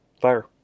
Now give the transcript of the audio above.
Fire